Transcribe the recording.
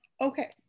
Okay